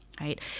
right